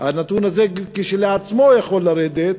הזה כשלעצמו יכול לרדת,